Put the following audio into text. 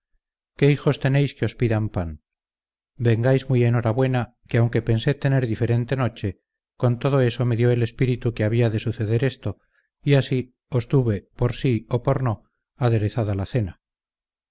qué hijos tenéis que os pidan pan vengáis muy en hora buena que aunque pensé tener diferente noche con todo eso me dió el espíritu que había de suceder esto y así os tuve por si o por no aderezada la cena